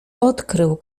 odkrył